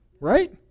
Right